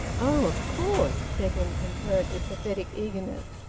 oh, of course! edwin concurred, with pathetic eagerness,